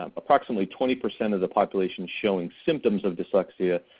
um approximately twenty percent of the population showing symptoms of dyslexia.